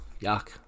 Yuck